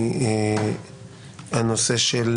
הנושא של